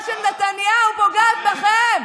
ההסתה של נתניהו פוגעת בכם.